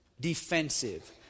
defensive